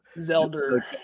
Zelda